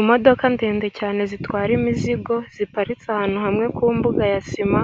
Imodoka ndende cyane zitwara imizigo ziparitse ahantu hamwe ku mbuga ya sima,